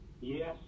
Yes